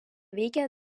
veikia